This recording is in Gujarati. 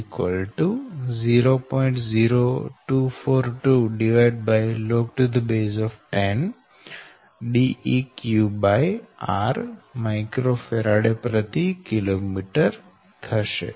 0242log Deq r µFkm થશે